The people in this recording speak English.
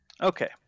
Okay